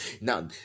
Now